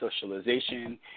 socialization